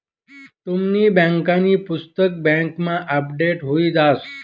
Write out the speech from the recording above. तुमनी बँकांनी पुस्तक बँकमा अपडेट हुई जास